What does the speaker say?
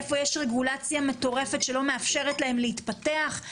איפה יש רגולציה מטורפת שלא מאפשרת להם להתפתח,